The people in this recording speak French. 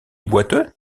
boiteux